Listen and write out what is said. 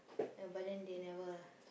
ya but then they never lah